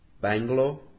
Bangalore